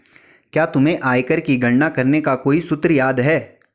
क्या तुम्हें आयकर की गणना करने का कोई सूत्र याद है?